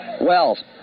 Wells